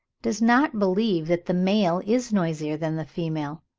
does not believe that the male is noisier than the female.